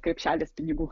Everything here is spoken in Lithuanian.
krepšelis pinigų